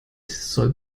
soll